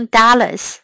dollars